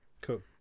Cool